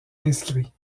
inscrits